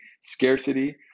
scarcity